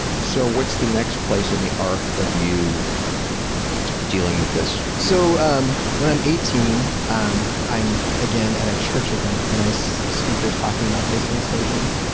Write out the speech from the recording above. so, what's the next place in the arc of you dealing with this? so, um when i'm eighteen um i'm again at a church event, and so the speaker is talking about his molestation,